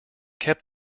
kept